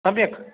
सम्यक्